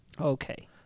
Okay